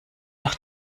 doch